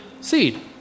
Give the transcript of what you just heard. seed